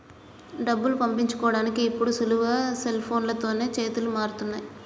డబ్బులు పంపించుకోడానికి ఇప్పుడు సులువుగా సెల్ఫోన్లతోనే చేతులు మారుతున్నయ్